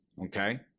Okay